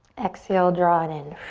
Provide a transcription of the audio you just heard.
exhale, draw it in.